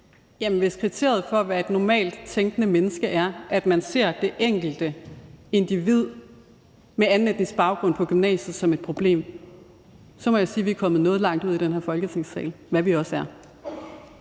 (RV): Hvis kriteriet for at være et normalttænkende menneske er, at man ser det enkelte individ med anden etnisk baggrund på gymnasiet som et problem, så må jeg sige, at vi er kommet noget langt ud i den her Folketingssal, hvad vi også er.